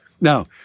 Now